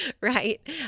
right